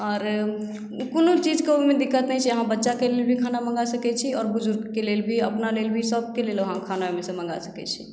आओर ओ कोनो चीजके ओहिमे दिक्कत नहि छै अहाँ बच्चाके लिय भी खाना मङ्गा सकैत छी आओर बुजुर्गके लेल भी अपन लेल सभक लेल अहाँ खाना ओहिसँ मङ्गा सकैत छी